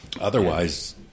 Otherwise